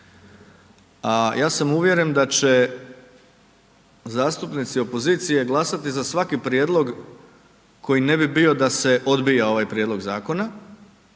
ja sam uvjeren da će zastupnici opozicije glasati za svaki prijedlog koji ne bi bio da se odbija ovaj prijedlog zakona,